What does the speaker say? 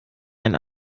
einen